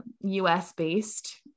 us-based